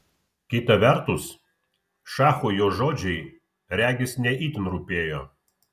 kita vertus šachui jo žodžiai regis ne itin rūpėjo